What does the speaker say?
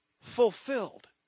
fulfilled